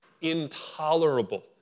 intolerable